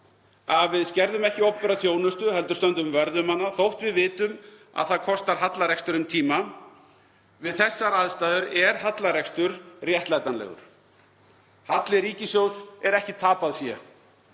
Að við skerðum ekki opinbera þjónustu heldur stöndum vörð um hana þótt við vitum að það þýði hallarekstur um tíma. Við þessar aðstæður er hallarekstur réttlætanlegur. Halli ríkissjóðs er ekki tapað fé.